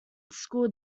school